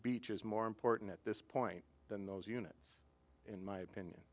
beach is more important at this point than those units in my opinion